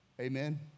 Amen